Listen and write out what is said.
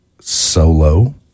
Solo